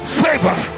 favor